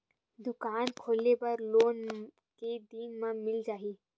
दुकान खोले बर लोन मा के दिन मा मिल जाही?